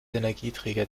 energieträger